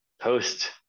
post